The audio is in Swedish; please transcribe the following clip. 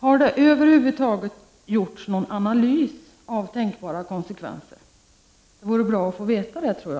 Har det över huvud taget gjorts någon analys av de tänkbara konsekvenserna? Det vore bra att få veta detta.